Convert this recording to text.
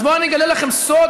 אני אגלה לכם סוד,